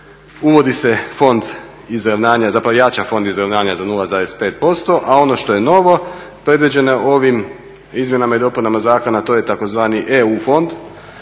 zapravo jača Fond izravnanja za 0,5% a ono što je novo predviđeno je ovim izmjenama i dopunama zakona, a to je tzv. EU fond.